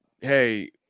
hey